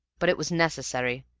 but it was necessary,